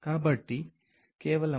మేము 4వ వారాన్ని ప్రారంభిస్తున్నాము